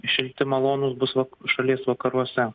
šilti malonūs bus šalies vakaruose